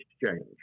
exchange